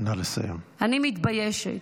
אני מתביישת.